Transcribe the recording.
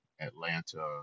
atlanta